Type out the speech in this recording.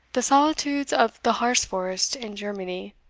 the solitudes of the harz forest in germany,